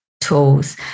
tools